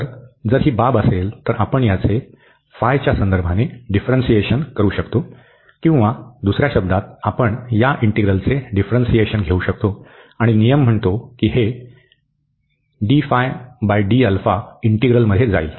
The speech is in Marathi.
तर जर ही बाब असेल तर आपण याचे च्यासंदर्भाने डिफ्रन्सीएशन करू शकतो किंवा दुसर्या शब्दात आपण या इंटीग्रलचे डिफ्रन्सीएशन घेऊ शकतो आणि नियम म्हणतो की हे इंटीग्रलमध्ये जाईल